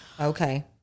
Okay